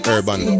Urban